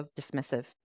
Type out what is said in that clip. dismissive